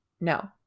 No